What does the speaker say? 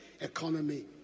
economy